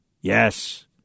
yes